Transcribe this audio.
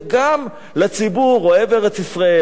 וגם לציבור אוהב ארץ-ישראל,